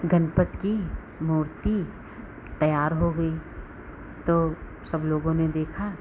गणपति की मूर्ति तैयार हो गई तो सब लोगों ने देखा